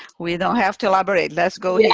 we don't have to elaborate. let's go yeah